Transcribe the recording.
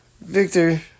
Victor